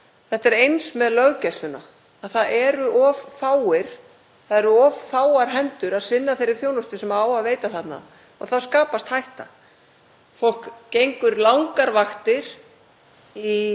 Fólk gengur langar vaktir í ófullnægjandi starfsaðstæðum og oft skapast hættuástand vegna ástands þeirra (Forseti hringir.) sem þarna dvelja, því miður.